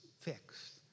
fixed